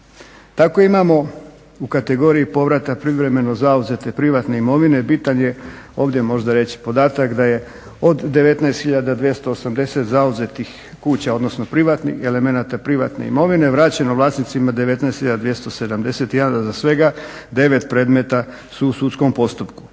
Tako imamo u kategoriji povrata privremeno zauzete privatne imovine. Bitan je ovdje možda reć podatak da je od 19 hiljada 280 zauzetih kuća, odnosno privatnih elemenata privatne imovine vraćeno vlasnicima 19 hiljada 271 za svega 9 predmeta su u sudskom postupku.